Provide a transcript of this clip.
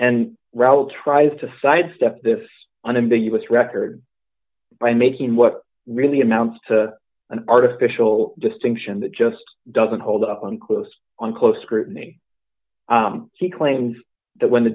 relative tries to sidestep this unambiguous record by making what really amounts to an artificial distinction that just doesn't hold up on closed on close scrutiny she claims that when the